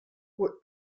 were